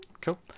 Cool